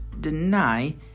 deny